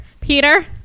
peter